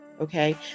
Okay